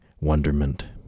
wonderment